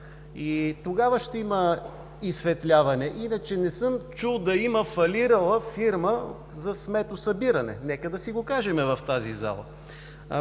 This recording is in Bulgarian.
Тогава ще има изсветляване. Иначе не съм чул да има фалирала фирма за сметосъбиране, нека да си го кажем в тази зала.